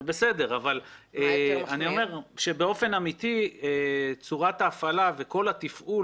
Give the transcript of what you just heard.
זה בסדר אבל אני אומר שבאופן אמיתי צורת ההפעלה וכל הטיפול